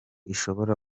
ishobora